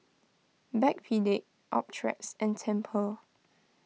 Backpedic Optrex and Tempur